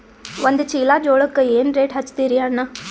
ಒಂದ ಚೀಲಾ ಜೋಳಕ್ಕ ಏನ ರೇಟ್ ಹಚ್ಚತೀರಿ ಅಣ್ಣಾ?